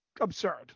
absurd